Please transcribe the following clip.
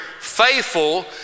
faithful